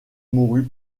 mourut